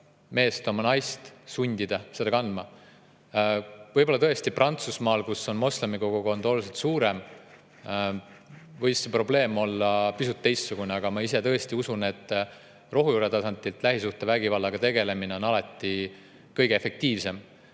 mehele oma naist sundida seda kandma. Võib-olla tõesti Prantsusmaal, kus on moslemi kogukond oluliselt suurem, oli see probleem pisut teistsugune, aga ma tõesti usun, et rohujuuretasandil lähisuhtevägivallaga tegelemine on alati kõige efektiivsem.